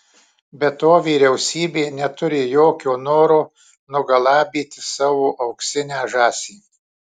be to vyriausybė neturi jokio noro nugalabyti savo auksinę žąsį